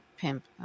Pimp